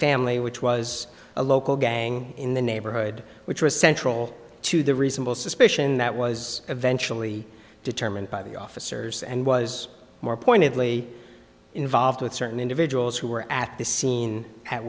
family which was a local gang in the neighborhood which was central to the reasonable suspicion that was eventually determined by the officers and was more pointedly involved with certain individuals who were at the scene at